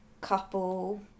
couple